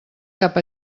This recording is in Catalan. cap